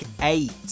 eight